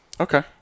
Okay